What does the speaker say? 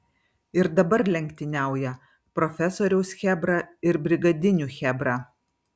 ir dabar lenktyniauja profesoriaus chebra ir brigadinių chebra